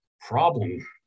problem